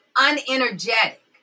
unenergetic